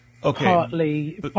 partly